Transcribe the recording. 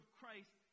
Christ